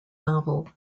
novel